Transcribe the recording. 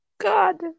God